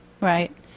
Right